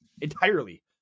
entirely